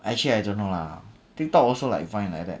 actually I don't know lah TikTok also like Vine like that